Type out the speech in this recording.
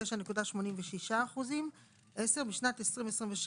59.86%; ׁ ֹׁ(10) בשנת 2027